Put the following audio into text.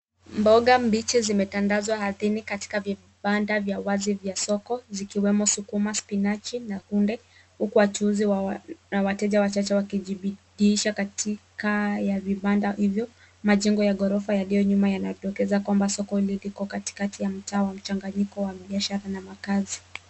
Mboga mbichi zimetandazwa ardhini katika vibanda vya wazi vya soko zikiwemo sukuma, spinach na kunde huku wachuuzi na wateja wachache wakijibidiisha katika vibanda hivyo. Majengo ya ghorofa yaliyo nyuma yanadokeza kwamba soko hili liko katikati ya mtaa wa mchanganyiko wa biashara na makaazi.